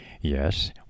Yes